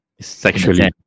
Sexually